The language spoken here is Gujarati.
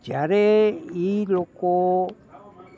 જ્યારે એ લોકો